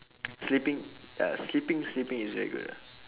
sleeping ya sleeping sleeping is very good ah